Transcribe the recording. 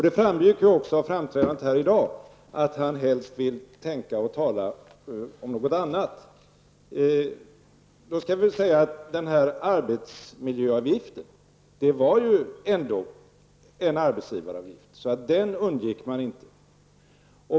Det framgick ju också av hans framträdande i här i dag att han helst vill tänka och tala om något annat. Arbetsmiljöavgiften var ju ändå en arbetsgivaravgift, så den undgick man inte.